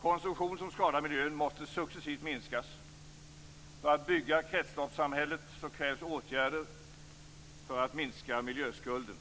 Konsumtion som skadar miljön måste successivt minskas. För att bygga kretsloppssamhället krävs åtgärder för att minska miljöskulden